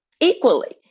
equally